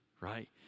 right